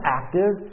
active